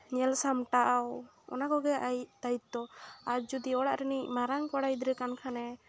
ᱧᱮᱞ ᱥᱟᱢᱴᱟᱣ ᱚᱱᱟ ᱠᱚᱜᱮ ᱟᱭᱟᱜ ᱫᱟᱭᱤᱛᱛᱚ ᱟᱨ ᱡᱩᱫᱤ ᱚᱲᱟᱜ ᱨᱤᱱᱤᱡ ᱢᱟᱨᱟᱝ ᱠᱚᱲᱟ ᱜᱤᱫᱽᱨᱟᱹ ᱠᱟᱱ ᱠᱷᱟᱱᱮ